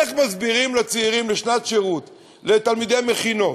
איך מסבירים לצעירים בשנת שירות, לתלמידי המכינות,